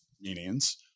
meanings